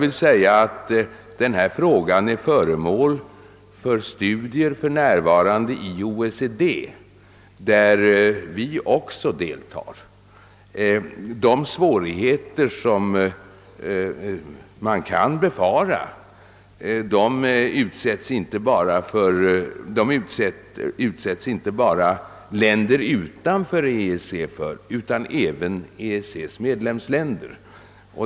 Denna fråga är för närvarande föremål för studier i OECD, där vi också deltar. De svårigheter som man kan befara utsätts inte bara länder utanför EEC för utan även EEC:s medlemsländer.